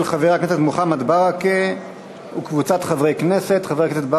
של חבר הכנסת מוחמד ברכה וקבוצת חברי הכנסת.